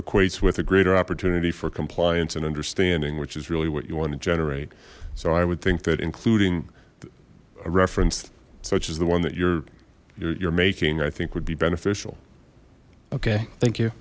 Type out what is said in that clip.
equates with a greater opportunity for compliance and understanding which is really what you want to generate so i would think that including a reference such as the one that you're you're making i think would be beneficial okay thank you